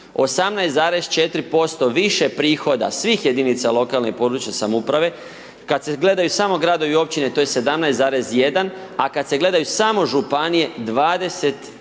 18,4% više prihoda svih jedinica lokalne i područne samouprave. Kad se gledaju samo gradovi i općine to je 17,1 a kad se gledaju samo županije